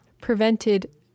prevented